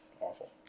awful